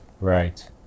Right